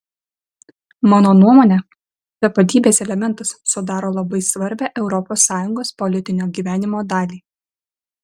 mano nuomone tapatybės elementas sudaro labai svarbią europos sąjungos politinio gyvenimo dalį